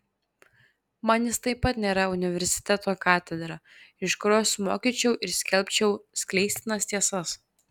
man jis taip pat nėra universiteto katedra iš kurios mokyčiau ir skelbčiau skleistinas tiesas